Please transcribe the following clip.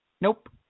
Nope